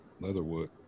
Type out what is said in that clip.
Leatherwood